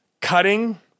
cutting